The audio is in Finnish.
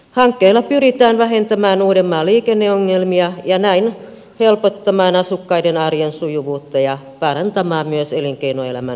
hankkeilla pyritään vähentämään uudenmaan liikenneongelmia ja näin helpottamaan asukkaiden arjen sujuvuutta sekä parantamaan myös elinkeinoelämän edellytyksiä